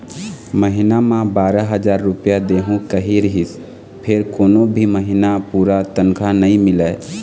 महिना म बारा हजार रूपिया देहूं केहे रिहिस फेर कोनो भी महिना पूरा तनखा नइ मिलय